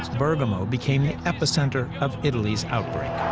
bergamo became the epicenter of italy's outbreak.